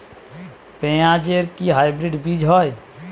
পেঁয়াজ এর কি হাইব্রিড বীজ হয়?